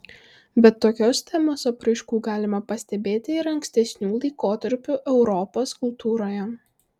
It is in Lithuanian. bet tokios temos apraiškų galima pastebėti ir ankstesnių laikotarpių europos kultūroje